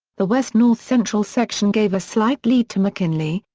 the west north central section gave a slight lead to mckinley,